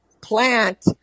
plant